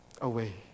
away